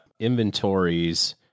inventories